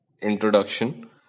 introduction